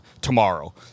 tomorrow